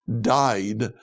died